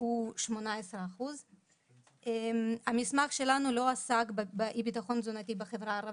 הוא 18%. המסמך שלנו לא עסק באי-ביטחון תזונתי בחברה הערבית,